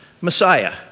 Messiah